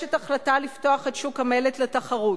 שמתגבשת החלטה לפתוח את שוק המלט לתחרות.